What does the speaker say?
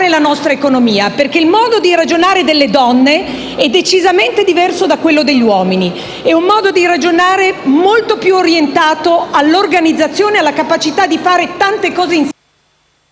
la nostra economia, perché il modo di ragionare delle donne è decisamente diverso da quello degli uomini: è un modo di ragionare molto più orientato all'organizzazione e alla capacità di fare tante cose insieme